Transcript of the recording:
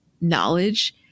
knowledge